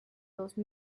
those